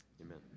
amen